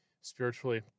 spiritually